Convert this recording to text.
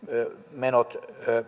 menot